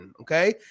okay